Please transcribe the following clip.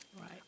Right